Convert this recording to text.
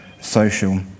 social